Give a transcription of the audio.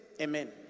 amen